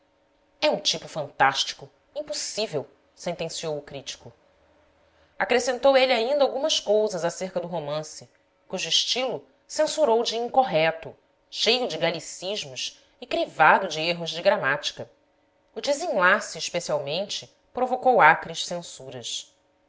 é um tipo fantástico impossível sentenciou o crítico acrescentou ele ainda algumas cousas acerca do romance cujo estilo censurou de incorreto cheio de galicismos e crivado de erros de gramática o desenlace especialmente provocou acres censuras